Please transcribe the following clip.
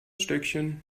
stöckchen